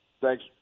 Thanks